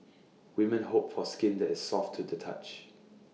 women hope for skin that is soft to the touch